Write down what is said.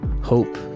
hope